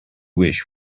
wish